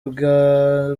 bwa